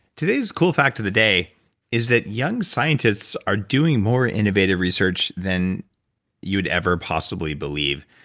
today's cool fact of the day is that young scientists are doing more innovative research than you'd ever possibly believe.